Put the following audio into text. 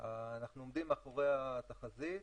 אנחנו עומדים מאחורי התחזית,